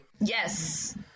Yes